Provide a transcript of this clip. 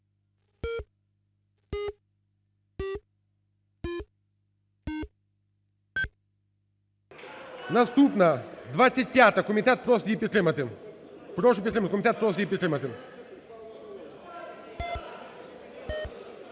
Наступна 25-а. Комітет просить її підтримати. Прошу підтримати, комітет просить її підтримати.